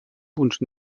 punts